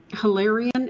Hilarion